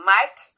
Mike